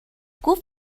گفت